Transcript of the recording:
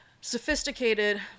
sophisticated